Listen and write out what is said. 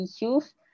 issues